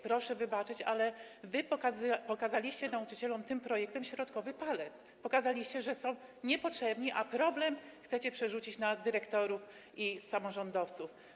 Proszę wybaczyć, ale wy pokazaliście nauczycielom tym projektem środkowy palec, pokazaliście, że są niepotrzebni, a rozwiązanie problemu chcecie przerzucić na dyrektorów i samorządowców.